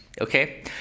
Okay